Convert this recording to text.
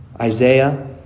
Isaiah